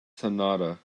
sonata